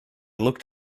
looked